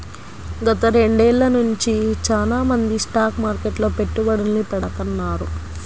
గత రెండేళ్ళ నుంచి చానా మంది స్టాక్ మార్కెట్లో పెట్టుబడుల్ని పెడతాన్నారు